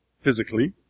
physically